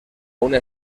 una